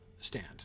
stand